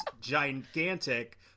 gigantic